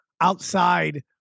outside